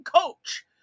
coach